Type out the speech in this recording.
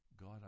God